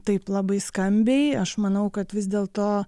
taip labai skambiai aš manau kad vis dėlto